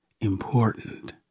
important